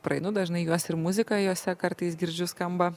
praeinu dažnai juos ir muziką jose kartais girdžiu skamba